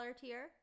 tier